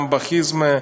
גם בחיזמה,